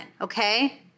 okay